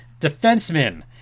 Defensemen